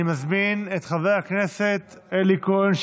אני מזמין את חבר הכנסת אלי כהן,